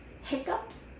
hiccups